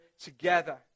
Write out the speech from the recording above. together